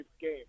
game